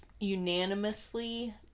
unanimously